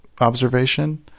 observation